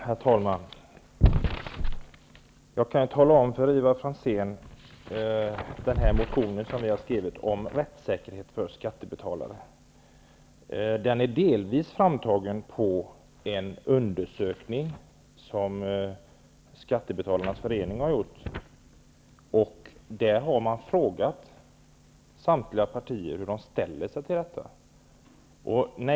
Herr talman! Jag kan tala om för Ivar Franzén att den här motionen om rättssäkerhet för skattebetalare delvis bygger på en undersöknig som Skattebetalarnas Förening har gjort. Där har man frågat samtliga partier hur de ställer sig till detta.